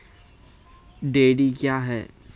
Dairy क्या हैं?